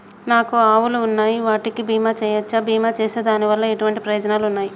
నాకు ఆవులు ఉన్నాయి వాటికి బీమా చెయ్యవచ్చా? బీమా చేస్తే దాని వల్ల ఎటువంటి ప్రయోజనాలు ఉన్నాయి?